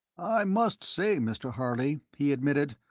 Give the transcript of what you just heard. i must say, mr. harley, he admitted,